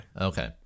Okay